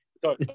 Sorry